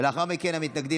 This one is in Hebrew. ולאחר מכן המתנגדים.